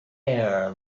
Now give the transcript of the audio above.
air